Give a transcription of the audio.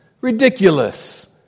Ridiculous